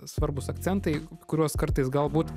svarbūs akcentai kuriuos kartais galbūt